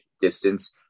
distance